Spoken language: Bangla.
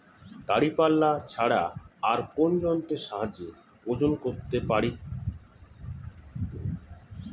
দাঁড়িপাল্লা ছাড়া আর কোন যন্ত্রের সাহায্যে ওজন করতে পারি?